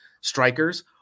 strikers